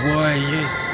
Warriors